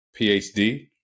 phd